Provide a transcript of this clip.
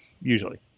usually